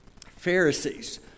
Pharisees